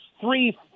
three